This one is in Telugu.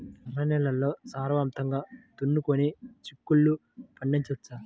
ఎర్ర నేలల్లో సారవంతంగా దున్నుకొని చిక్కుళ్ళు పండించవచ్చు